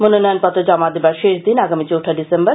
মনোনয়নপত্র জমা দেবার শেষ দিন আগামী চৌঠা ডিসেম্বর